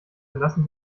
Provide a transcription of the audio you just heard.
lassen